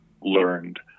learned